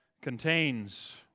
contains